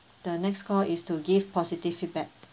the next call is to give positive feedback